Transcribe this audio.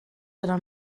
gyda